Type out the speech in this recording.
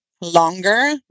longer